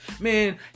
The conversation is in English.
man